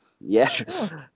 yes